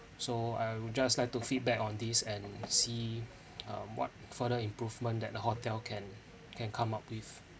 so I would just like to feedback on this and see um what further improvement that the hotel can can come up with